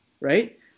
right